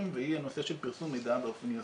והיא הנושא של פרסום מידע באופן יזום,